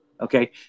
Okay